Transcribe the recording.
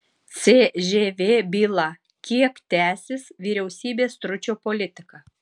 cžv byla kiek tęsis vyriausybės stručio politika